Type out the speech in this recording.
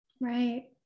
Right